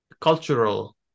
cultural